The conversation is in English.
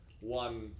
one